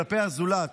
כלפי הזולת.